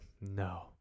no